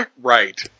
Right